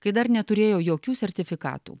kai dar neturėjo jokių sertifikatų